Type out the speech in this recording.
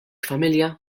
familja